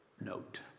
note